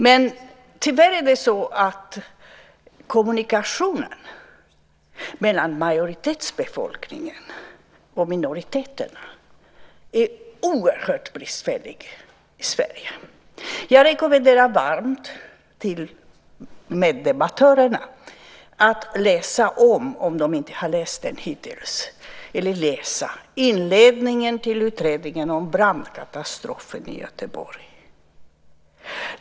Men tyvärr är kommunikationen mellan majoritetsbefolkningen och minoriteterna oerhört bristfällig i Sverige. Jag rekommenderar meddebattörerna varmt att läsa, om de inte har läst den hittills, inledningen till utredningen om brandkatastrofen i Göteborg.